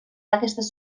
aquestes